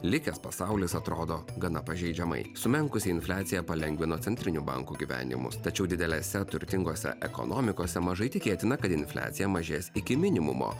likęs pasaulis atrodo gana pažeidžiamai sumenkusi infliacija palengvino centrinių bankų gyvenimus tačiau didelėse turtingose ekonomikose mažai tikėtina kad infliacija mažės iki minimumo